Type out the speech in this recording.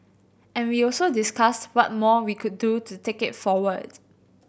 and we also discussed what more we could do to take it forwards